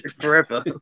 forever